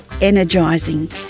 energising